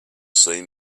see